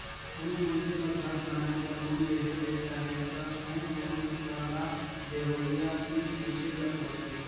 कोनो मइनसे ल घर बनाए बर लोन लेहे ले अहे त होम लोन कर सलाह देवइया तीर पूछे ल परथे